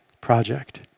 project